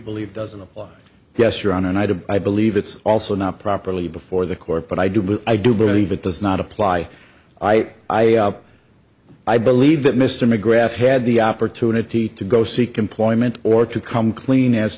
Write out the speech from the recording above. believe doesn't apply yes or on an item i believe it's also not properly before the court but i do but i do believe it does not apply i i i believe that mr mcgrath had the opportunity to go seek employment or to come clean as